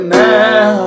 now